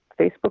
Facebook